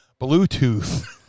Bluetooth